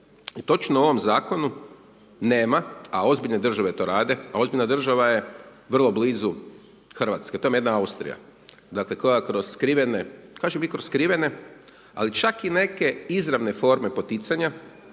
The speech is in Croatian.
I točno u ovom Zakonu nema, a ozbiljne države to rade, a ozbiljna država je vrlo blizu Hrvatske. To vam je jedna Austrija koja kroz skrivene, kažem i kroz skrivene, ali čak i neke izravne forme poticanja